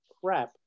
crap